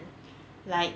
like